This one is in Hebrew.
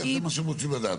זה מה שהם רוצים לדעת.